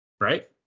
right